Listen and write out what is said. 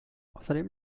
außerdem